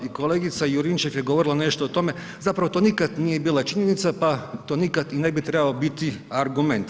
I kolegica Juričev je govorila nešto o tome, zapravo to nikad nije bila činjenica pa to nikad i ne bi trebao biti argument.